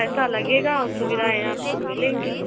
पैसा लगे और सुविधाएँ आपको मिलेगी